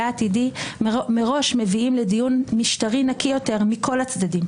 קודם כל להסדיר את הליכי החקיקה וחוקי היסוד בכנסת.